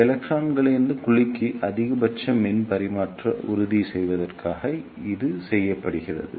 எலக்ட்ரான்களிலிருந்து குழிக்கு அதிகபட்ச மின் பரிமாற்றத்தை உறுதி செய்வதற்காக இது செய்யப்படுகிறது